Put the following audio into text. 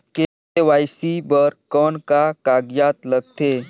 KYC बर कौन का कागजात लगथे?